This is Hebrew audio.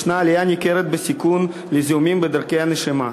יש עלייה ניכרת בסיכון לזיהומים בדרכי הנשימה,